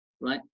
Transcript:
right